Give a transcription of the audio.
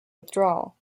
withdrawal